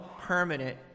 permanent